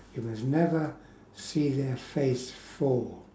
you must never see their face fall